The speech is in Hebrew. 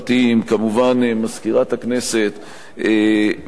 כמובן מזכירת הכנסת וסגנה,